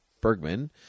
Bergman